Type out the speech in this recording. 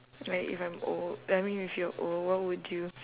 like if I'm old I mean if you're old what would you